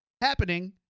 happening